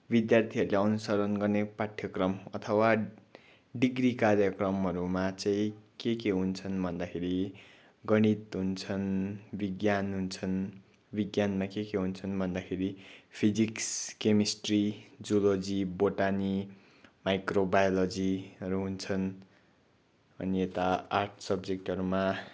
विद्यार्थीहरूले अनुसरण गर्ने पाठ्यक्रम अथवा डिग्री कार्यक्रमहरूमा चाहिँ के के हुन्छन् भन्दाखेरि गणित हुन्छन् विज्ञान हुन्छन् विज्ञानमा के के हुन्छन् भन्दाखेरि फिजिक्स् केमेस्ट्री जुलोजी बोटानी माइक्रोबायोलोजीहरू हुन्छन् अनि यता आर्ट्स सब्जेक्टहरूमा